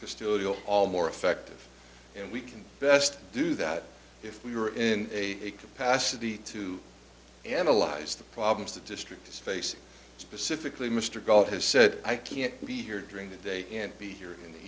custodial all more effective and we can best do that if we were in a capacity to analyze the problems the district is facing specifically mr god has said i can't be here during the day can't be here